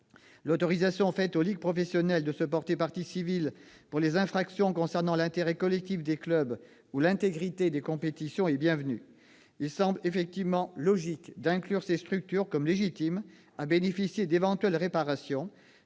L'autorisation faite aux ligues professionnelles de se porter partie civile pour les infractions concernant l'intérêt collectif des clubs ou l'intégrité des compétitions est bienvenue. Il semble en effet logique de considérer que ces structures sont légitimes à bénéficier d'éventuelles réparations,